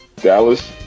Dallas